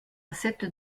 cette